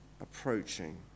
approaching